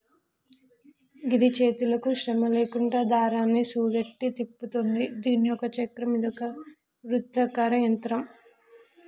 గిది చేతులకు శ్రమ లేకుండా దారాన్ని సుట్టుద్ది, తిప్పుతుంది దీని ఒక చక్రం ఇదొక వృత్తాకార యంత్రం